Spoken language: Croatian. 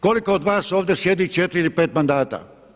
Koliko od vas ovdje sjedi 4 ili 5 mandata?